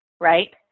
right